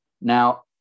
Now